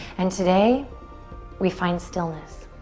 and today we find stillness.